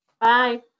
Bye